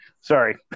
sorry